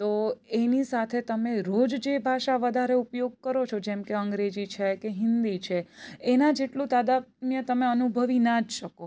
તો એની સાથે તમે રોજ જે ભાષા વધારે ઉપયોગ કરો છો જેમ કે અંગ્રેજી છે કે હિન્દી છે એના જેટલો તાદાત અન્ય તમે અનુભવી ના જ શકો